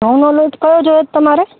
ઘઉનો લોટ કયો જોઈએ તમારો